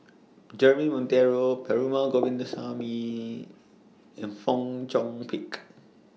Jeremy Monteiro Perumal Govindaswamy and Fong Chong Pik